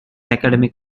academic